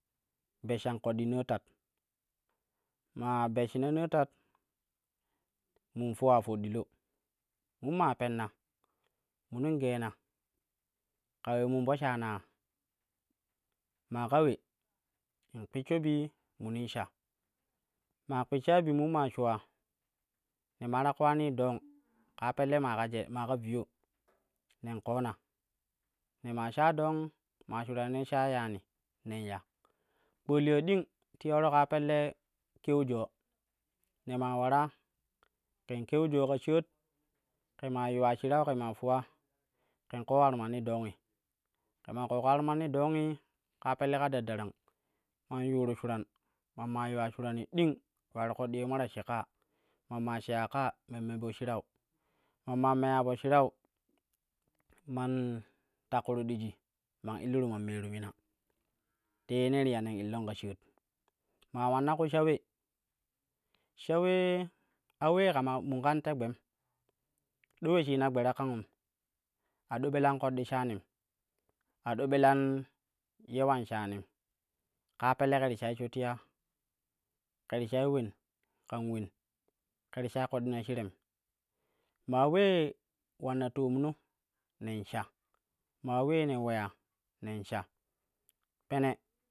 Beshshan ƙoɗɗi naa tat maa beshshina naa tat, min fuwa foddilo mun maa penna, munun geena ka ule mun po shaan ya maa ka we in kpisho bi munin sh maa kpisha bi mun maa shuwa, ne maa ta ƙowanii dong, ƙaa pelle maa kaje maa ka viyo nen ƙona, ne maa sha dong maa shuran ye ne shai yani nen ya. Kpaliya ɗing ti yoaro ƙaa pelle ƙeu joo ne maa ulara ƙen ƙeu joo ka shaat, ke maa yuwa shirau ƙe maa fuwaa ƙen ƙoo ular manni dongi, ƙe maa ƙoƙa ular manni dongi kaa pelle ka daddarang man yuuru shuran ma man yuwa shurani ɗing ule ular koɗɗi ye ma ta she ƙaa, ma maa sheya ƙaa man me po shirau, man maa meya po shirau man takkuru ɗigi man illiru man meeru mina, te ye ne to ya nen illen k’a shaat. Maa ulanna ku sha we, sha ule, a ulee kama, mun kan te gbem do uleshina gbe ti ta kangum a ɗo ɓelan ƙoɗɗi shaanin a ɗo belan yewan shaanim, kaa pelle ƙe ti shai sho tiyaa ƙe ti shai ulen ƙan ulen ƙe ti shai ƙoɗɗino shirem. Maa ulee ulanna toomno nen sha, maa ulee ne uleya nen sha pene.